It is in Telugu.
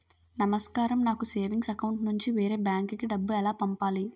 నమస్కారం నాకు సేవింగ్స్ అకౌంట్ నుంచి వేరే బ్యాంక్ కి డబ్బు ఎలా పంపాలి?